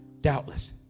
Doubtless